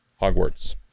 hogwarts